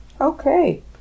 Okay